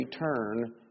return